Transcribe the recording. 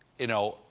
you know,